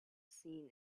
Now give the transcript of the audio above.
seen